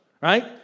Right